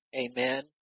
Amen